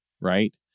Right